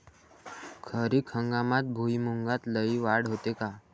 खरीप हंगामात भुईमूगात लई वाढ होते का?